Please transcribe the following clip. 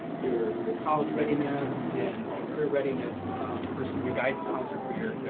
your, your college readiness and and career readiness person your guide this concert for your,